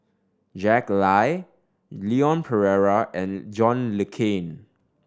Jack Lai Leon Perera and John Le Cain